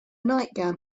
nightgown